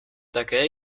také